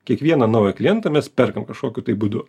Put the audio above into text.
kiekvieną naują klientą mes perkam kažkokiu tai būdu